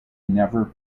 never